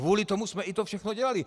Kvůli tomu jsme i to všechno dělali.